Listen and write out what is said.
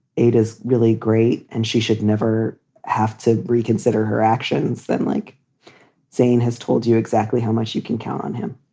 it is really great and she should never have to reconsider her actions. then, like zane has told you exactly how much you can count on him